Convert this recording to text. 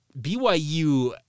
BYU